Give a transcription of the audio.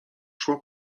szła